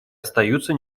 остаются